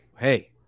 hey